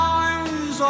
eyes